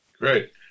Great